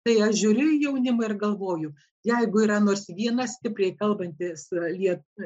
tai aš žiūriu į jaunimą ir galvoju jeigu yra nors vienas stipriai kalbantis yra lietuvių